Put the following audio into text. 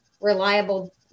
reliable